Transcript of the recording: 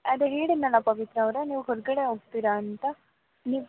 ಅದೇ ಹೇಳಿದ್ನಲ್ಲ ಪವಿತ್ರಾ ಅವರೆ ನೀವು ಹೊರಗಡೆ ಹೋಗ್ತೀರಾ ಅಂತ ನೀವು